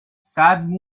song